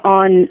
on